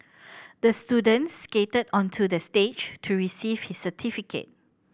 the student skated onto the stage to receive his certificate